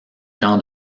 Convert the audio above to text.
camps